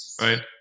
right